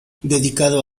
dedicado